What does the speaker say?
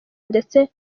ndetse